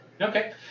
Okay